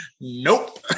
Nope